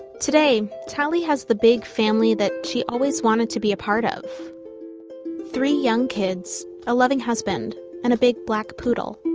today, tali has the big family that she always wanted to be a part of three young kids, a loving husband and a big black poodle.